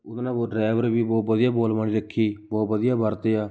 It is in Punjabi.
ਉਨ੍ਹਾਂ ਨੇ ਉਹ ਡਰਾਈਵਰ ਵੀ ਬਹੁਤ ਵਧੀਆ ਬੋਲ ਬਾਣੀ ਰੱਖੀ ਬਹੁਤ ਵਧੀਆ ਵਰਤਿਆ